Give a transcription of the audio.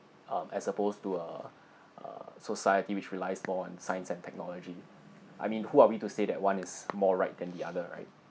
um as opposed to uh uh society which relies more on science and technology I mean who are we to say that one is more right than the other right